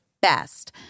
best